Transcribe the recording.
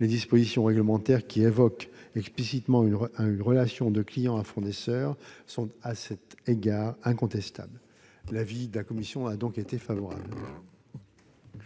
Les dispositions réglementaires qui évoquent explicitement une relation de client à fournisseur sont, à cet égard, incontestables. La commission est donc favorable